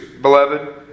beloved